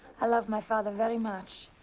i love my father very much.